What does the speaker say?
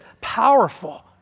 powerful